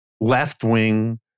left-wing